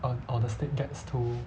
or or the steak gets too